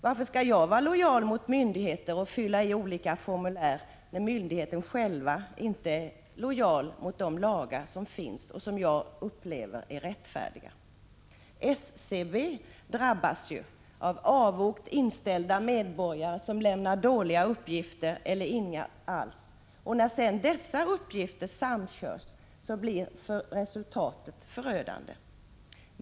Varför skall jag vara lojal mot myndigheterna och fylla i olika formulär, när myndigheterna själva inte är lojala mot de lagar som finns och som jag upplever som rättfärdiga, frågar man sig. SCB drabbas ju av avogt inställda medborgare som lämnar dåliga uppgifter eller inga alls. När sedan dessa uppgifter samkörs, blir resultatet förödande.